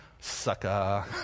sucker